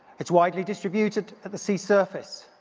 it's widely distributed at the sea surface,